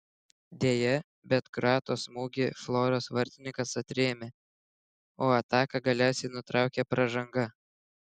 deja bet kroato smūgį floros vartininkas atrėmė o ataką galiausiai nutraukė pražanga